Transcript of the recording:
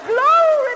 Glory